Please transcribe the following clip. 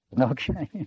Okay